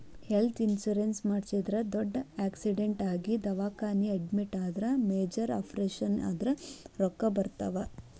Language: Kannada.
ಹೆಲ್ತ್ ಇನ್ಶೂರೆನ್ಸ್ ಮಾಡಿಸಿದ್ರ ದೊಡ್ಡ್ ಆಕ್ಸಿಡೆಂಟ್ ಆಗಿ ದವಾಖಾನಿ ಅಡ್ಮಿಟ್ ಆದ್ರ ಮೇಜರ್ ಆಪರೇಷನ್ ಆದ್ರ ರೊಕ್ಕಾ ಬರ್ತಾವ